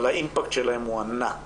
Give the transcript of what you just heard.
אבל האימפקט שלהם הוא ענק